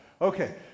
Okay